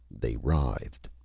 they writhed.